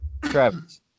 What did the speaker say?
Travis